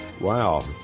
Wow